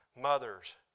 mothers